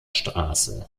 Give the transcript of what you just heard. straße